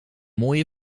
mooie